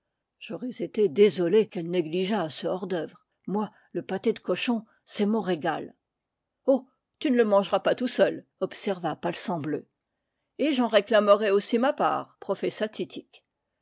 j'aurais été désolé qu'elle négligeât ce hors dœuvre moi le pâté de cochon c'est mon régal oh tu ne le mangeras pas tout seul observa palsambleu et j'en réclamerai aussi ma part professa titik